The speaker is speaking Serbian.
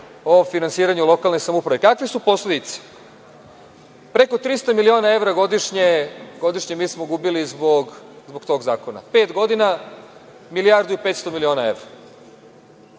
o finansiranju lokalnih samouprava. Kakve su posledice? Preko 300 miliona evra godišnje mi smo gubili zbog tog zakona. Pet godina milijardu i 500 miliona evra. Ovo